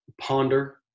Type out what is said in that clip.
ponder